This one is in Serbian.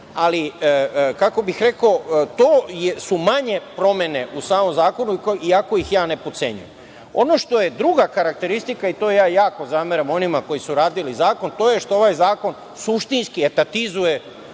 Ali, kako bih rekao, to su manje promene u samom zakonu i ako ih ja ne potcenjujem. Ono što je druga karakteristika i to ja jako zameram onima koji su radili zakon, to je što ovaj zakon suštinski atatizuje